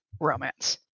romance